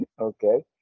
okay